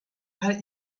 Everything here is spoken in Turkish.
her